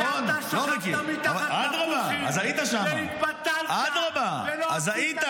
מכספי הציבור לא היה אכפת לנאור שירי,